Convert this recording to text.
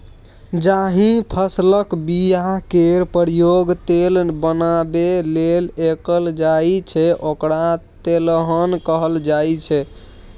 जाहि फसलक बीया केर प्रयोग तेल बनाबै लेल कएल जाइ छै ओकरा तेलहन कहल जाइ छै